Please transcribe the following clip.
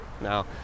now